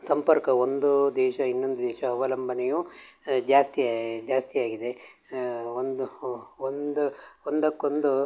ಸಂಪರ್ಕ ಒಂದು ದೇಶ ಇನ್ನೊಂದು ದೇಶ ಅವಲಂಬನೆಯೂ ಜಾಸ್ತಿ ಜಾಸ್ತಿ ಆಗಿದೆ ಒಂದು ಹು ಒಂದು ಒಂದಕ್ಕೊಂದು